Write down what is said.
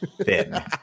thin